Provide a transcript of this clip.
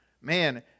man